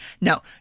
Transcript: No